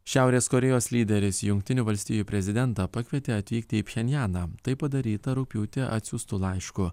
šiaurės korėjos lyderis jungtinių valstijų prezidentą pakvietė atvykti į pchenjaną tai padaryta rugpjūtį atsiųstu laišku